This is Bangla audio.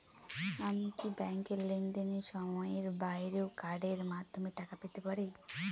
আমি কি ব্যাংকের লেনদেনের সময়ের বাইরেও কার্ডের মাধ্যমে টাকা পেতে পারি?